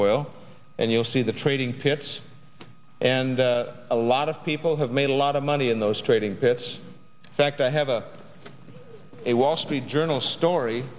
oil and you'll see the trading pits and a lot of people have made a lot of money in those trading pits fact i have a a wall street journal story